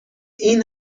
این